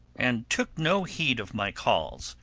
and took no heed of my calls,